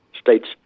states